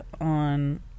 on